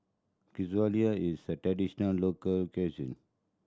is traditional local cuisine